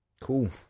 Cool